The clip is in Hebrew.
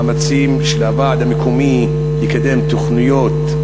מאמצים של הוועד המקומי לקדם תוכניות,